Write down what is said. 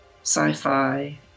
sci-fi